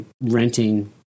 renting